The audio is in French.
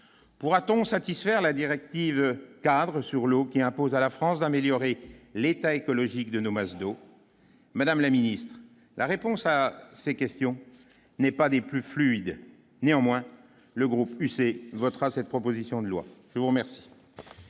pourra-t-on satisfaire la directive cadre sur l'eau qui impose à la France d'améliorer l'état écologique de nos masses d'eau Madame la Ministre, la réponse à ces questions n'est pas des plus fluide, néanmoins le groupe UC votera cette proposition de loi, je vous remercie.